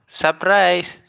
surprise